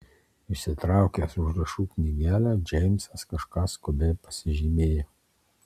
išsitraukęs užrašų knygelę džeimsas kažką skubiai pasižymėjo